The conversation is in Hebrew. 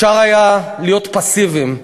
אפשר היה להיות פסיביים,